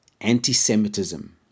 anti-Semitism